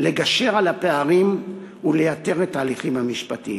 לגשר על הפערים ולייתר את ההליכים המשפטיים.